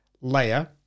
layer